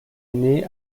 année